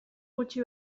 gutxi